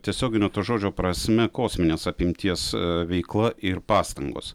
tiesiogine to žodžio prasme kosminės apimties veikla ir pastangos